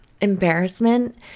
embarrassment